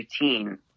routine